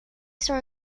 saw